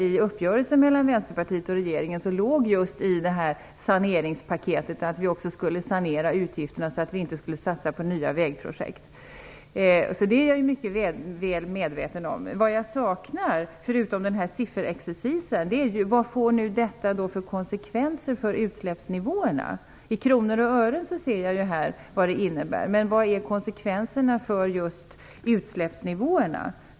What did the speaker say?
I uppgörelsen mellan Vänsterpartiet och regeringen ingick i saneringspaketet att vi också skulle sanera utgifterna och inte satsa på nya vägprojekt. Det är jag alltså mycket väl medveten om. Vad jag saknar förutom sifferexercisen är vad detta kommer att få för konsekvenser på utsläppsnivåerna. Jag ser vad det innebär i kronor och ören. Men vad blir konsekvensen för utsläppsnivåerna?